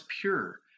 pure